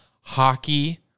hockey